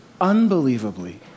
unbelievably